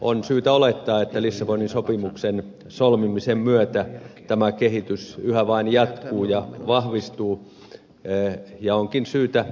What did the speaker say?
on syytä olettaa että lissabonin sopimuksen solmimisen myötä tämä kehitys yhä vain jatkuu ja vahvistuu